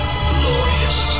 glorious